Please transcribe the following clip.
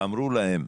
אמרו להם,